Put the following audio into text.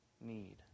need